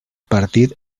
partit